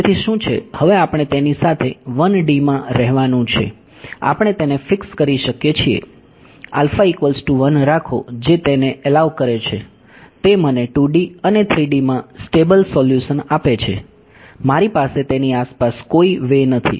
તેથી શું છે હવે આપણે તેની સાથે 1D માં રહેવાનું છે આપણે તેને ફિક્સ કરી શકીએ છીએ રાખો જે તેને એલાવ કરે છે તે મને 2D અને 3D માં સ્ટેબલ સોલ્યુશન આપે છે મારી પાસે તેની આસપાસ કોઈ વે નથી